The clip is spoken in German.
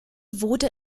wurde